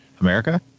America